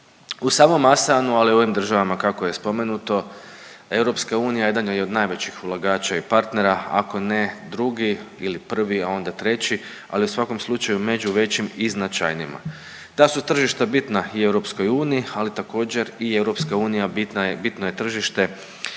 U samom ASEAN-u ali i ovim državama kako je spomenuto EU jedan je od najvećih ulagača i partnera ako ne drugi ili prvi, onda treći. Ali u svakom slučaju među većim i značajnijima. Da su tržišta bitna i EU, ali također i EU bitno je tržište